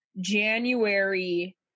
january